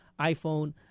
iPhone